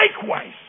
Likewise